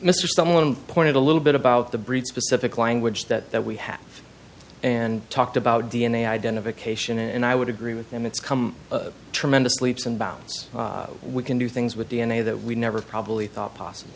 mr someone pointed a little bit about the breed specific language that that we have and talked about d n a identification and i would agree with him it's come a tremendous leaps and bounds we can do things with d n a that we never probably thought p